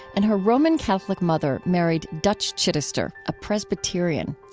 and her roman catholic mother married dutch chittister, a presbyterian.